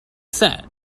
said